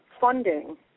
funding